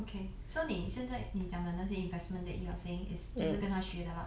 okay so 你现在你讲的那些 investment that you are saying is 就是跟他学